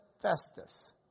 Festus